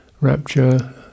rapture